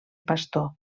pastor